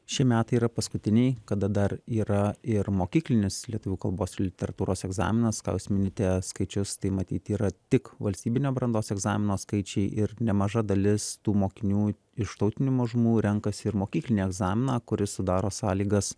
šie metai yra paskutiniai kada dar yra ir mokyklinis lietuvių kalbos ir literatūros egzaminas ką jūs minite skaičius tai matyt yra tik valstybinio brandos egzamino skaičiai ir nemaža dalis tų mokinių iš tautinių mažumų renkasi ir mokyklinį egzaminą kuris sudaro sąlygas